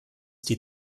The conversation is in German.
die